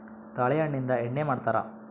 ತಾಳೆ ಹಣ್ಣಿಂದ ಎಣ್ಣೆ ಮಾಡ್ತರಾ